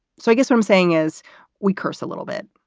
so i guess what i'm saying is we curse a little bit.